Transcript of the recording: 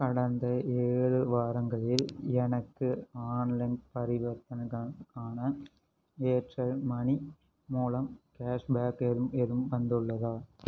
கடந்த ஏழு வாரங்களில் எனக்கு ஆன்லைன் பரிவர்த்தனைகளுக்கான ஏர்டெல் மனி மூலம் கேஷ்பேக் எதுவும் வந்துள்ளதா